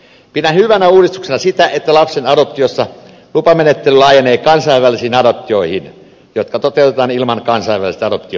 pidän hyvänä uudistuksena sitä että lapsen adoptiossa lupamenettely laajenee kansainvälisiin adoptioihin jotka toteutetaan ilman kansainvälistä adoptiopalvelua